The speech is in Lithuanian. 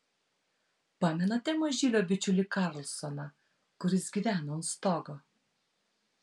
pamenate mažylio bičiulį karlsoną kuris gyveno ant stogo